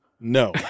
no